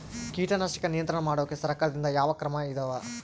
ಕೇಟನಾಶಕಗಳ ನಿಯಂತ್ರಣ ಮಾಡೋಕೆ ಸರಕಾರದಿಂದ ಯಾವ ಕಾರ್ಯಕ್ರಮ ಇದಾವ?